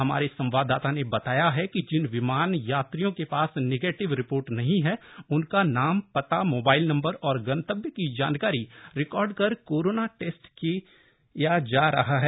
हमारे संवाददाता ने बताया है कि जिन विमान यात्रियों के पास निगेटिव रिपोर्ट नहीं है उनका नाम पता मोबाइल नम्बर और गंतव्य की जानकारी रिकार्ड कर कोरोना टेस्ट किया जा रहा है